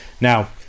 Now